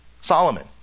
solomon